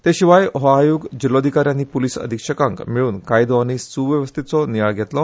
ते शिवाय हो आयोग जिल्लोधिकारी आनी पुलिस अधिक्षकांक मेळुन कायदो आनी सुव्यवस्थेचो नियाळ घेतलो